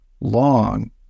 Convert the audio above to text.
long